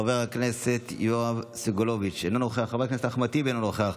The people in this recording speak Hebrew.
חבר הכנסת יואב סגלוביץ' אינו נוכח,